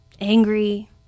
angry